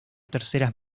terceras